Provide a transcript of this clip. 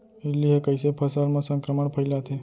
इल्ली ह कइसे फसल म संक्रमण फइलाथे?